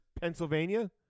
Pennsylvania